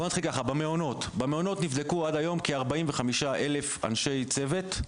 בואו נתחיל ככה: במעונות נבדקו עד היום כ-45 אלף אנשי צוות,